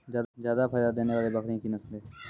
जादा फायदा देने वाले बकरी की नसले?